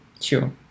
Sure